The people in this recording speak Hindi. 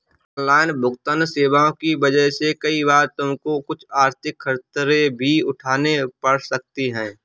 ऑनलाइन भुगतन्न सेवाओं की वजह से कई बार तुमको कुछ आर्थिक खतरे भी उठाने पड़ सकते हैं